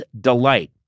delight